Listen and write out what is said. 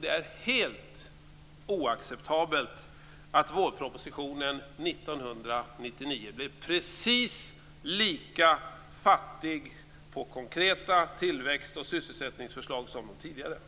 Det är helt oacceptabelt att vårpropositionen 1999 blev precis lika fattig på konkreta tillväxt och sysselsättningsförslag som de tidigare.